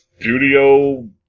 Studio